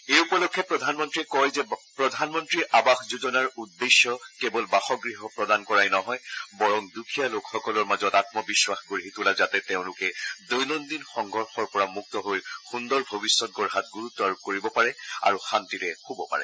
এই উপলক্ষে প্ৰধানমন্তীয়ে কয় যে প্ৰধানমন্তী আৱাস যোজনাৰ উদ্দেশ্য কেৱল বাসগৃহ প্ৰদান কৰাই নহয় বৰং দুখীয়া লোকসকলৰ মাজত আম্মবিশ্বাস গঢ়ি তোলা যাতে তেওঁলোকে দৈনন্দিন সংঘৰ্ষৰ পৰা মুক্ত হৈ সুন্দৰ ভৱিষ্যৎ গঢ়াত গুৰুত্ব আৰোপ কৰিব পাৰে আৰু শান্তিৰে শুব পাৰে